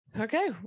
Okay